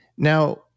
Now